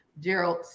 Gerald